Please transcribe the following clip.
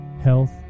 health